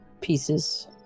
pieces